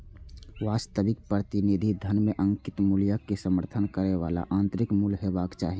वास्तविक प्रतिनिधि धन मे अंकित मूल्यक समर्थन करै बला आंतरिक मूल्य हेबाक चाही